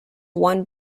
won